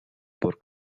por